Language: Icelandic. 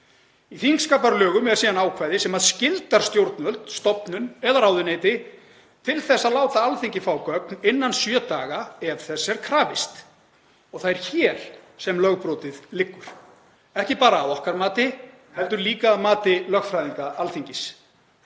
Í þingskapalögum er síðan ákvæði sem skyldar stjórnvöld, stofnun eða ráðuneyti til að láta Alþingi fá gögn innan sjö daga ef þess er krafist. Það er hér sem lögbrotið liggur, ekki bara að okkar mati heldur líka að mati lögfræðinga Alþingis.